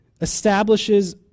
establishes